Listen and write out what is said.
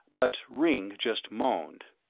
but ringg just moaned.